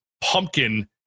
Pumpkin